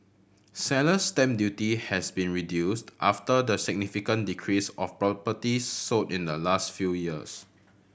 Seller's stamp duty has been reduced after the significant decrease of properties sold in the last few years